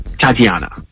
Tatiana